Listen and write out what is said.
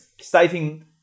stating